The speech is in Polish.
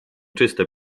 czyste